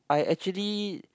I actually